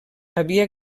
havia